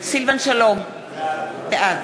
סילבן שלום, בעד